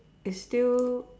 is still